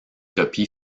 copies